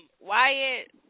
Wyatt